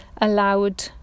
allowed